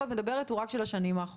את מדברת הוא רק של השנים האחרונות.